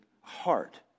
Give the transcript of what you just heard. heart